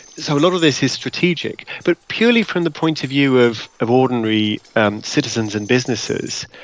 so a lot of this is strategic but purely from the point of view of of ordinary and citizens and businesses,